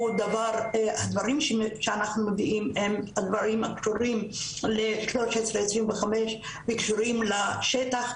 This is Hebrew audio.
הדברים שאנחנו מביאים הם הדברים הקשורים ל-1325 וקשורים לשטח,